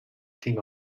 team